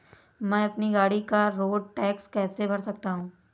मैं अपनी गाड़ी का रोड टैक्स कैसे भर सकता हूँ?